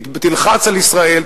תלחץ על ישראל,